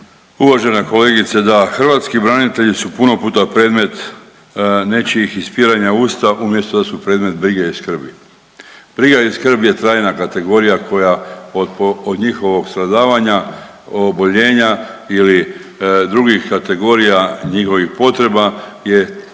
Uvažena kolegice da, hrvatski branitelji su puno puta predmet nečijih ispiranja usta umjesto da su predmet brige i skrbi. Briga i skrb je trajna kategorija koja od njihovog stradavanja, oboljenja ili drugih kategorija njihovih potreba je kroz